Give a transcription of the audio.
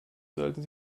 sollten